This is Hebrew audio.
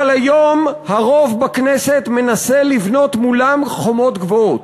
והיום הרוב בכנסת מנסה לבנות מולם חומות גבוהות.